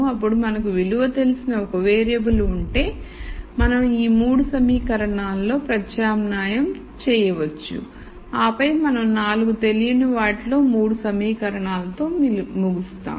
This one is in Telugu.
అప్పుడు మనకు విలువ తెలిసిన 1 వేరియబుల్ ఉంటేమనం ఈ 3 సమీకరణాలలో ప్రత్యామ్నాయం చేయవచ్చు ఆపై మనం 4 తెలియని వాటిలో 3 సమీకరణాలతో ముగిస్తాం